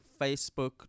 Facebook